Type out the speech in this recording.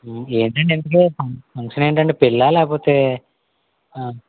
ఏంటి ఇంతకి ఫంక్షన్ ఏంటి అండి పెళ్ళా లేకపోతే